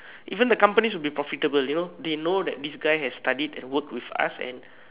even the companies will be profitable you know they know that this guy has studied and work with us and